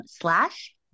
slash